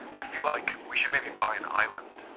i feel like we should make the pine island.